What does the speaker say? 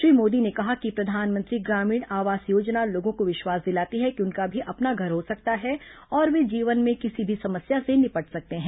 श्री मोदी ने कहा कि प्रधानमंत्री ग्रामीण आवास योजना लोगों को विश्वास दिलाती है कि उनका भी अपना घर हो सकता है और वे जीवन में किसी भी समस्या से निपट सकते हैं